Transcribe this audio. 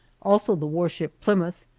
also the war ship plymouth,